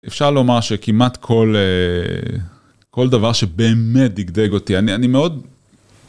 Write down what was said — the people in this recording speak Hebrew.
אפשר לומר שכמעט כל, כל דבר שבאמת דגדג אותי, אני מאוד...